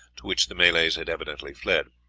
to which the malays had evidently fled.